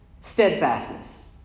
steadfastness